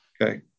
Okay